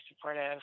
supportive